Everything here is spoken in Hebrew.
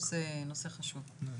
זה נושא חשוב.